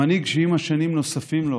המנהיג שעם השנים נוספים לו